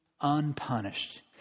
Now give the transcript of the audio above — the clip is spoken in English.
unpunished